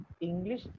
English